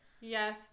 yes